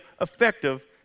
effective